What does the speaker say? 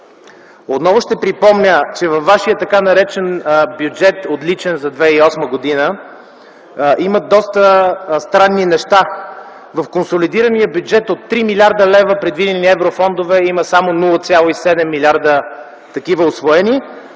Отново ще припомня, че във вашия „отличен” бюджет за 2008 г. има доста странни неща. В консолидирания бюджет от 3 милиарда предвидени еврофондове, има само 0,7 милиарда усвоени.